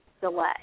delay